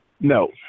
No